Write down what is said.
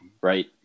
right